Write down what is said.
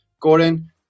gordon